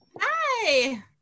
Hi